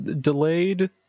delayed